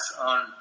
on